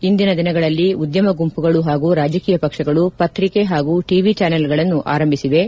ಇಂದಿನ ದಿನಗಳಲ್ಲಿ ಉದ್ಯಮ ಗುಂಪುಗಳು ಹಾಗೂ ರಾಜಕೀಯ ಪಕ್ಷಗಳು ಪತ್ರಿಕೆ ಹಾಗೂ ಟಿವಿ ಚಾನಲ್ಗಳನ್ನು ಆರಂಭಿಸಿವೆ